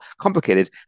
complicated